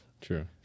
True